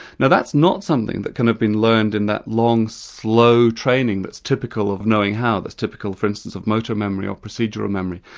now that's not something that can have been learned in that long, slow training that's typical of knowing how, that's typical for instance of motor memory or procedural memory.